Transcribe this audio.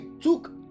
took